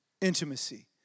Intimacy